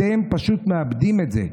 אתם פשוט מאבדים את זה,